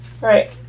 Right